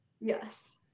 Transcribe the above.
yes